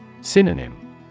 Synonym